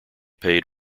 paid